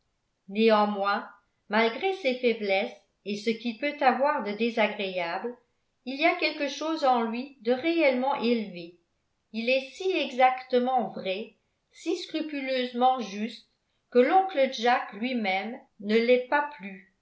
néanmoins malgré ses faiblesses et ce qu'il peut avoir de désagréable il y a quelque chose en lui de réellement élevé il est si exactement vrai si scrupuleusement juste que l'oncle jack lui-même ne l'est pas plus